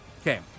Okay